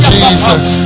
Jesus